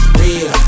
real